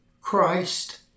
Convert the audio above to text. Christ